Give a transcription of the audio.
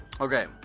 Okay